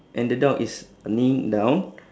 and the dog is kneeling down